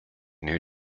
new